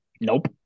Nope